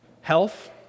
Health